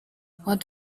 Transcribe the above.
what